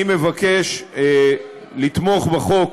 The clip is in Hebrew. אני מבקש לתמוך בחוק